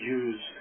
use